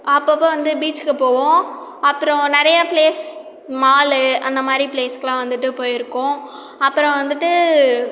அப்பப்போ வந்து பீச்சுக்கு போவோம் அப்புறம் நிறைய பிளேஸ் மாலு அந்தமாதிரி பிளேஸ்க்குலாம் வந்துட்டு போயிருக்கோம் அப்புறம் வந்துட்டு